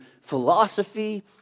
philosophy